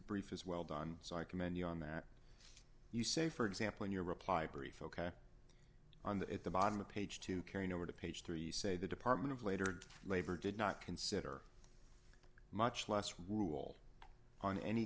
brief is well done so i commend you on that you say for example in your reply brief ok on that at the bottom of page two carrying over to page three say the department of later labor did not consider much less rule on any